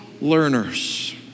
Learners